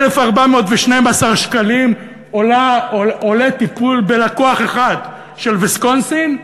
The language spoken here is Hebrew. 1,412 שקלים עולה טיפול בלקוח אחד של ויסקונסין,